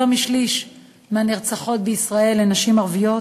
יותר משליש מהנרצחות בישראל הן נשים ערביות.